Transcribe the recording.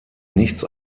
nichts